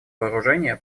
вооружения